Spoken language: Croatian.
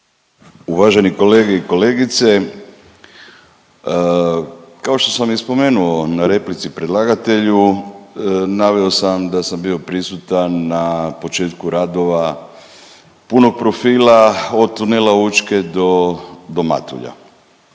Uvaženi kolege i kolegice kao što sam i spomenuo na replici predlagatelju naveo sam da sam bio prisutan na početku radova punog profila od tunela Učke do Matulja.